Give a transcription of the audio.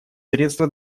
средство